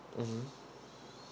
mmhmm